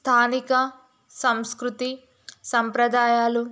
స్థానిక సంస్కృతి సంప్రదాయాలు